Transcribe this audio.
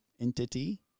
entity